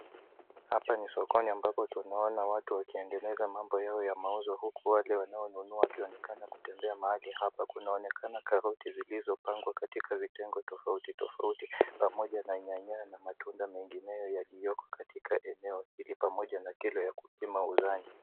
Hapa ni sokoni ambapo tunaona watu wakiendeleza mambo yao ya mauzo huku wale wanaonunua wakionekana kutembea mahali hapa. Kunaonekana karoti zilizopangwa katika vitengo tofauti tofauti pamoja na nyanya na matunda mengineyo yaliyomo katika eneo pamoja na kilo ya kupimia uzani.